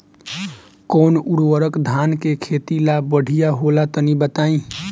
कौन उर्वरक धान के खेती ला बढ़िया होला तनी बताई?